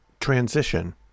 Transition